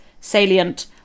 salient